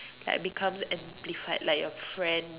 like becomes amplified like your friend